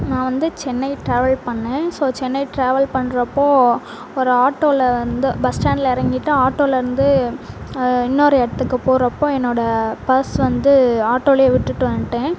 நான் வந்து சென்னை டிராவல் பண்ணிணேன் ஸோ சென்னை டிராவல் பண்ணுறப்போ ஒரு ஆட்டோவில் வந்து பஸ் ஸ்டாண்ட்டில் இறங்கிட்டு ஆட்டோலிருந்து இன்னொரு இடத்துக்கு போகிறப்ப என்னோட பர்ஸ் வந்த ஆட்டோலேயே விட்டுவிட்டு வந்துட்டேன்